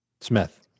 Smith